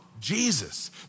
Jesus